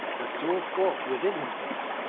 the soul thought within himself,